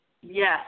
Yes